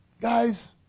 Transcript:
guys